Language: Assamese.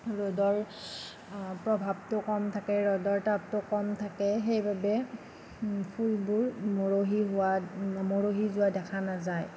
ৰ'দৰ প্ৰভাৱটো কম থাকে ৰ'দৰ তাপটো কম থাকে সেইবাবে ফুলবোৰ মৰহি হোৱা মৰহি যোৱা দেখা নাযায়